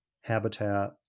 habitat